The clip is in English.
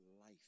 life